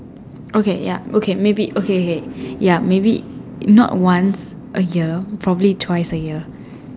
okay ya okay maybe okay okay ya maybe not once a year maybe twice a year